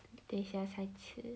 等一下才吃